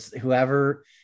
whoever